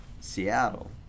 Seattle